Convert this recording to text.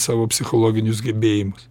savo psichologinius gebėjimus